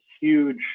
huge